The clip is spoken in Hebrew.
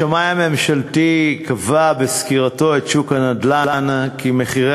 השמאי הממשלתי קבע בסקירתו את שוק הנדל"ן כי המחירים